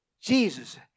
Jesus